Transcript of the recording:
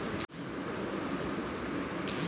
পৃথিবী জুড়ে নানা জায়গায় কাগজ উৎপাদন করা হয়